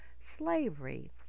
slavery